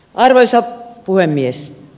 arvoisa puhemies